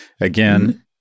Again